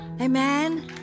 Amen